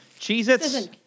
Cheez-Its